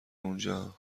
اونجا